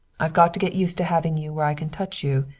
i've got to get used to having you where i can touch you.